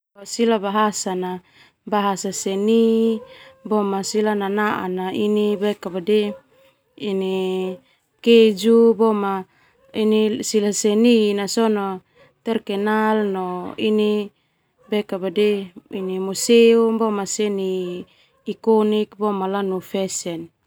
Sila bahasa na bahasa seni sila nanaa na sona keju noma sila seni na sona terkenal no ini seni museum boema seni ikonik lanu fashion.